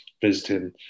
visiting